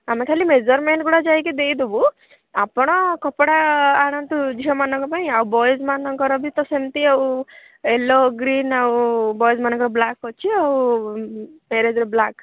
ଆମେ ଖାଲି ମେଜରମେଣ୍ଟ ଗୁଡ଼ା ଯାଇକି ଦେଇଦେବୁ ଆପଣ କପଡ଼ା ଆଣନ୍ତୁ ଝିଅମାନଙ୍କ ପାଇଁ ଆଉ ବଏଜ୍ମାନଙ୍କର ବି ତ ସେମିତି ଆଉ ୟେଲୋ ଗ୍ରୀନ୍ ଆଉ ବଏଜ୍ମାନଙ୍କର ବ୍ଲାକ୍ ଅଛି ଆଉ ମ୍ୟାରେଜ୍ରେ ବ୍ଲାକ୍